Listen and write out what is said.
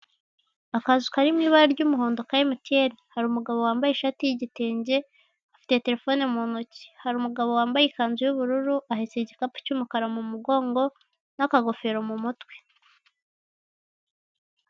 Akazu kari mu ibara ry'umuhondo ka emutiyene, hari umgabo wambaye ishati y'igitenge, afite terefone mu ntoki, hari umugabo wambaye ikanzu y'ubururu, ahetse igikapu cy'umukara mu mugongo n'akagofero mu mutwe.